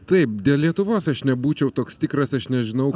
taip dėl lietuvos aš nebūčiau toks tikras aš nežinau